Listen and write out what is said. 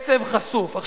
עצב חשוף.